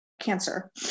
cancer